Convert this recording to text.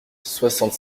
soixante